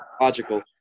logical